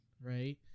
right